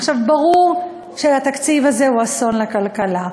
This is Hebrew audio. ברור שהתקציב הזה הוא אסון לכלכלה.